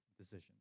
decision